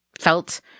felt